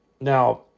now